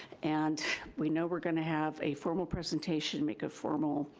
and we know we're gonna have a formal presentation, make a formal